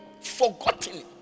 forgotten